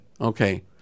okay